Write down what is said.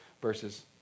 versus